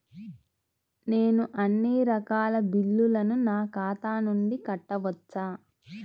నేను అన్నీ రకాల బిల్లులను నా ఖాతా నుండి కట్టవచ్చా?